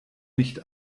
nicht